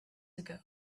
ago